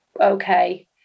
okay